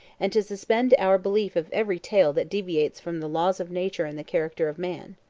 and to suspend our belief of every tale that deviates from the laws of nature and the character of man.